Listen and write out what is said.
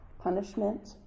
punishment